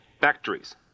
factories